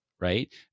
right